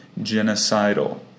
genocidal